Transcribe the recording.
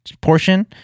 portion